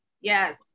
yes